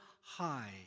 high